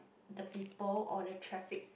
the people or the traffic